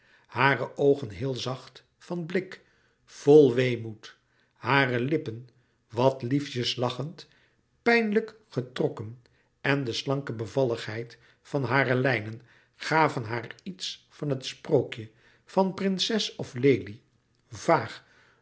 hare oogen heel zacht van blik vol weemoed hare lippen wat liefjes lachend pijnlijk getrokken en de slanke bevalligheid van hare lijnen gaven haar iets van het sprookje van prinses of lelie vaag